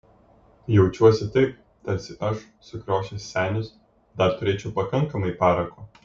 jaučiuosi taip tarsi aš sukriošęs senis dar turėčiau pakankamai parako